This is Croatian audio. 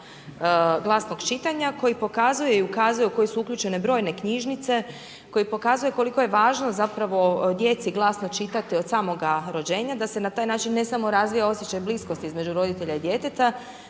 glasnog čitanja koji pokazuje i ukazuje u koji su uključene brojne knjižnice koje pokazuje koliko je važno zapravo djeci glasno čitati od samoga rođenja da se na taj način, ne samo razvija osjećaj bliskosti između roditelja i djeteta,